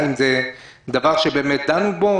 האם זה דבר שבאמת דנו בו?